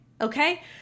okay